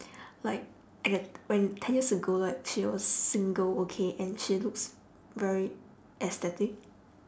like I get when ten years ago like she was single okay and she looks very aesthetic